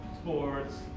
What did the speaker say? sports